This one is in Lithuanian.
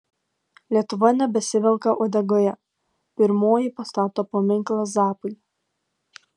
lietuva nebesivelka uodegoje pirmoji pastato paminklą zappai